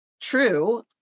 true